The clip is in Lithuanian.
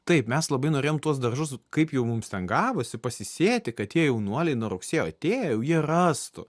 taip mes labai norėjom tuos daržus kaip jau mums ten gavosi pasisėti kad tie jaunuoliai nuo rugsėjo atėję jau jie rastų